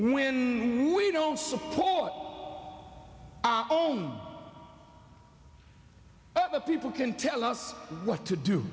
when we don't support own people can tell us what to do